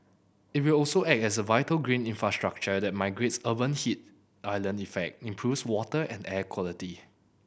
it will also act as a vital green infrastructure that mitigates urban heat island effect improves water and air quality